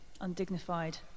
undignified